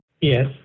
Yes